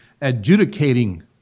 adjudicating